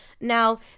Now